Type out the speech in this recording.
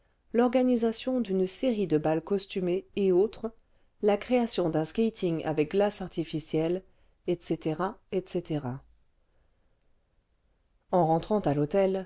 organisation d'une série de bals costumés et autres la création d'un skating avec glace artificielle etc etc cures d'air daxs la montagne lie vingtième siècle en rentrant à l'hôtelehilippe